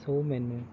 ਸੋ ਮੈਨੂੰ